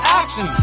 action